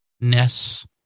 Ness